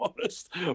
honest